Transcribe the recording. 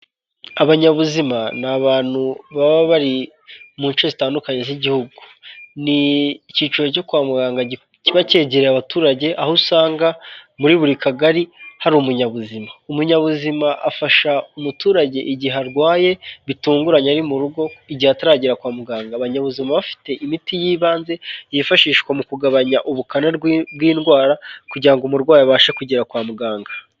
Abanyabuzima ni abantu baba bari mu nshe zitandukanye z'igihugu, ni icyiciro cyo kwa muganga gi kiba kegereye abaturage aho usanga muri buri kagari hari umunyabuzima, umunyabuzima afasha umuturage igihe arwaye bitunguranye ari mu rugo igihe ataragera kwa muganga, abanyabuzima baba bafite imiti y'ibanze yifashishwa mu kugabanya ubukana rwi bw'indwara kugira ngo umurwayi abashe kugera kwa muganga.